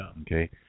Okay